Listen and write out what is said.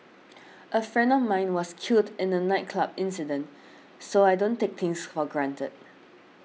a friend of mine was killed in a nightclub incident so I don't take things for granted